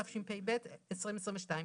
התשפ"ב-2022.